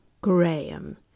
Graham